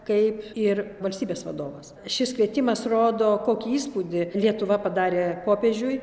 kaip ir valstybės vadovas šis kvietimas rodo kokį įspūdį lietuva padarė popiežiui